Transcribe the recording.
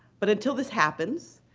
but until this happens,